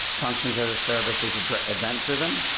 functions as a service is event-driven.